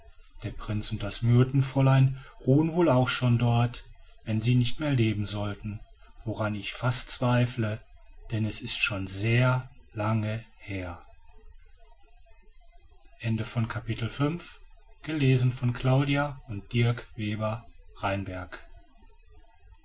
der prinz und das myrtenfräulein ruhen wohl auch schon dort wenn sie nicht mehr leben sollten woran ich fast zweifle denn es ist schon sehr lange her